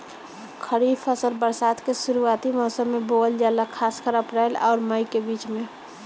खरीफ फसल बरसात के शुरूआती मौसम में बोवल जाला खासकर अप्रैल आउर मई के बीच में